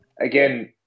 Again